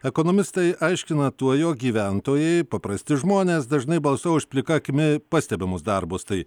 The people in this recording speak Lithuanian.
ekonomistai aiškina tuo jog gyventojai paprasti žmonės dažnai balsuoja už plika akimi pastebimus darbus tai